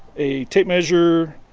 a tape measure